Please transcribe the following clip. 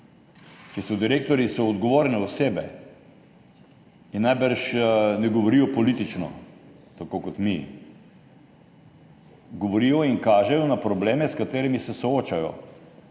Direktorji so odgovorne osebe in najbrž ne govorijo politično tako kot mi. Govorijo in kažejo na probleme, s katerimi se soočajo.